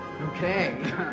okay